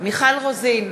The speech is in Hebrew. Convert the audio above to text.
מיכל רוזין,